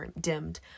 dimmed